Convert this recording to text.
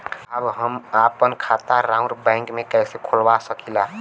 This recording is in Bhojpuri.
साहब हम आपन खाता राउर बैंक में कैसे खोलवा सकीला?